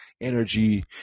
energy